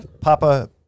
Papa